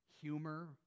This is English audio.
humor